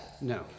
no